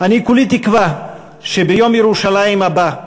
אני כולי תקווה שביום ירושלים הבא,